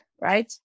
right